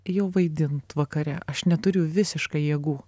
jau vaidint vakare aš neturiu visiškai jėgų